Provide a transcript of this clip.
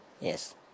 Yes